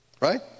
right